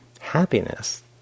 happiness